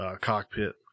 cockpit